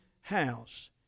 house